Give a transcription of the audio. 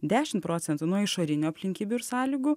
dešimt procentų nuo išorinių aplinkybių ir sąlygų